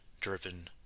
driven